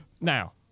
now